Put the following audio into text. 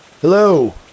Hello